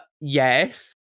Yes